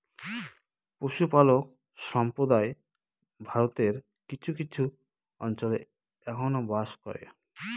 পশুপালক সম্প্রদায় ভারতের কিছু কিছু অঞ্চলে এখনো বাস করে